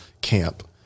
camp